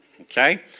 okay